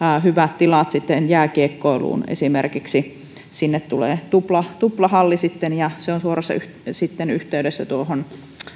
hyvät tilat sitten esimerkiksi jääkiekkoiluun sinne tulee tuplahalli ja se on suorassa yhteydessä